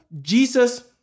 Jesus